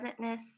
presentness